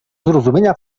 zrozumienia